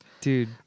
dude